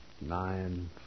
nine